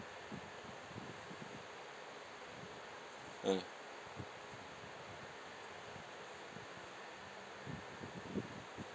ah